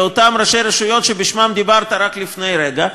לאותם ראשי רשויות שבשמם דיברת רק לפני רגע.